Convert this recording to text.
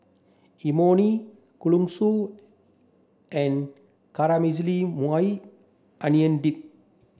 Imoni Kalguksu and Caramelized Maui Onion Dip